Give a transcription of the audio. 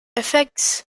effects